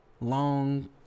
long